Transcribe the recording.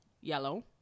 yellow